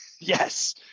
yes